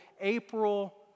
April